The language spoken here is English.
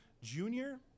junior